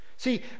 See